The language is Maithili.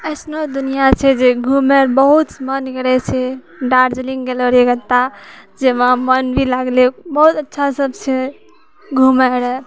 अइसनो दुनिया छै जे घुमै रऽ बहुत मन करै छै दार्जिलिङ्ग गेलऽ रहिए ओतऽ जे मोन भी लागलै बहुत अच्छा सब छै घुमै रऽ